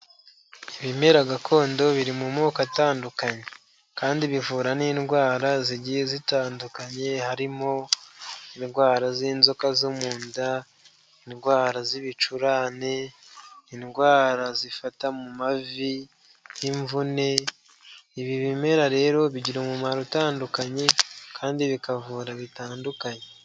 Ibimera gakondo biri mu moko atandukanye, kandi bivura n'indwara zigiye zitandukanye, harimo indwara z'inzoka zo mu nda, indwara z'ibicurane, indwara zifata mu mavi nk'imvune, ibi bimera rero bigira umumaro utandukanye kandi bikavura bitandukanye.